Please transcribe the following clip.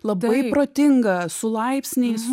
labai protinga su laipsniais